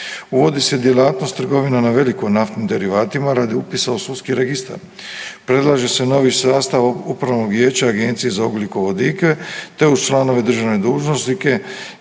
Uvodi se djelatnost trgovina na veliko naftnim derivatima radi upisa u sudski registar. Predlaže se novi sastav upravnog vijeća Agencije za ugljikovodike, te uz članove državne dužnosnike